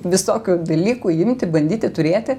visokių dalykų imti bandyti turėti